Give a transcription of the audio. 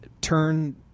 turn